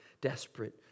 desperate